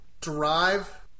drive